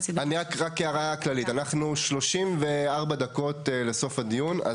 הערה כללית, אנחנו 34 דקות לסוף הדיון.